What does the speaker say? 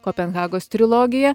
kopenhagos trilogija